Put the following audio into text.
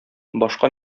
башка